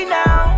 now